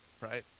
right